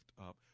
up